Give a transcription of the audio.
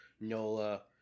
NOLA